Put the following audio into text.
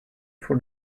for